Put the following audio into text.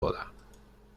boda